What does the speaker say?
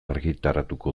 argitaratuko